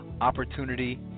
opportunity